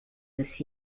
this